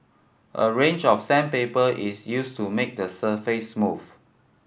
a range of sandpaper is used to make the surface smooth